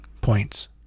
points